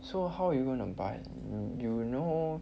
so how you gonna buy you know